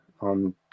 on